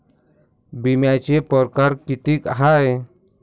बिम्याचे परकार कितीक हाय?